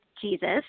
Jesus